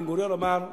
בן-גוריון אמר בזמנו: